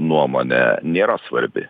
nuomone nėra svarbi